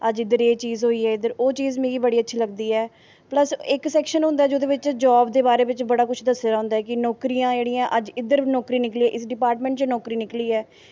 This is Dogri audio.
अज्ज इद्धर एह् चीज़ होई ऐ ओह् चीज़ मिगी बड़ी अच्छी लगदी ऐ प्लस इक सैक्शन होंदा जेह्दे बिच्च जॉब दे बारे च बड़ा कुछ दस्से दा होंदा ऐ कि नौकरियां जेह्ड़ियां अज्ज इद्धर नौकरी निकली ऐ इस डिपार्टमैंट बिच्च नौकरी निकली ऐ